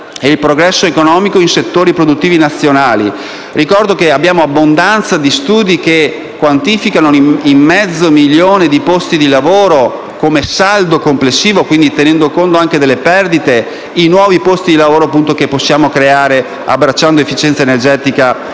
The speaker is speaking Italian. e il progresso economico in settori produttivi nazionali. Ricordo che abbiamo abbondanza di studi che quantificano in mezzo milione - come saldo complessivo, quindi tenendo conto anche delle perdite - i nuovi posti di lavoro che possiamo creare abbracciando efficienza energetica